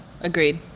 Agreed